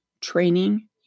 training